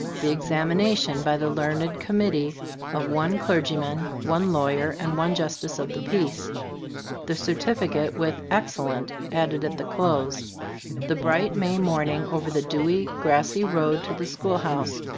the ex amination by the learned committee of one clergyman, one lawyer and one justice of the peace the certificate with excellent added at the close the bright may morning over the dewy, grassy road to the schoolhouse,